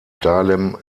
dahlem